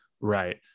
Right